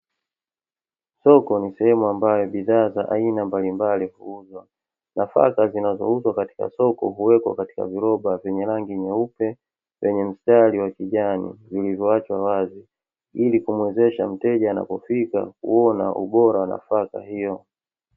Soko ni sehemu ambayo bidhaa za aina mbalimbali huuzwa. Nafaka zinazouzwa katika soko huwekwa katika viroba vyenye rangi nyeupe, yenye mstari wa kijani zilizoachwa wazi ili kumuwezesha mteja anapofika, kuona ubora wa nafaka hiyo.